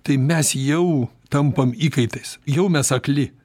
tai mes jau tampam įkaitais jau mes akli